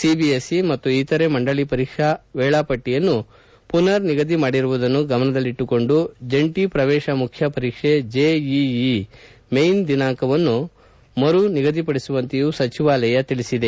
CBSE ಮತ್ತು ಇತರೆ ಮಂಡಳಿ ಪರೀಕ್ಷಾ ವೇಳಾಪಟ್ಟಿಯನ್ನು ಮನರ್ ನಿಗದಿ ಮಾಡಿರುವುದನ್ನು ಗಮನದಲ್ಲಿಟ್ಟುಕೊಂಡು ಜಂಟಿ ಪ್ರವೇಶ ಮುಖ್ಯ ಪರೀಕ್ಷೆ ಜೆಇಇ ಮೈನ್ ದಿನಾಂಕವನ್ನು ಮರು ನಿಗದಿಪಡಿಸುವಂತೆಯೂ ಸಚಿವಾಲಯ ತಿಳಿಸಿದೆ